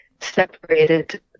separated